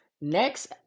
next